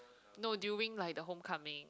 no during like the homecoming